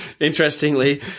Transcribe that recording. interestingly